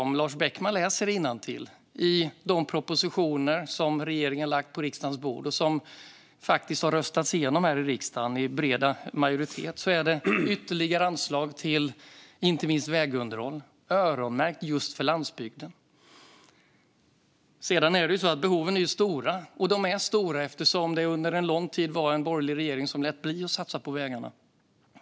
Om Lars Beckman läser innantill i de propositioner som regeringen har lagt på riksdagens bord och som faktiskt har röstats igenom här i riksdagen med bred majoritet är ytterligare anslag till inte minst vägunderhåll öronmärkta för just landsbygden. Behoven är stora, och det är de eftersom det under en lång tid var en borgerlig regering som lät bli att satsa på vägarna.